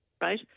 right